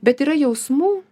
bet yra jausmų